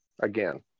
again